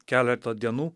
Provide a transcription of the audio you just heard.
keletą dienų